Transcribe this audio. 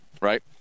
Right